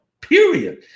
period